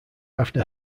after